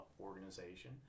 organization